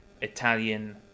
Italian